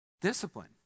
discipline